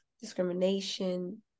discrimination